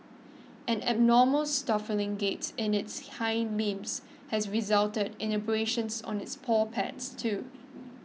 an abnormal gaits in its hide has resulted in abrasions on its paw pads too